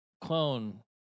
clone